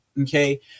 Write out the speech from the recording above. Okay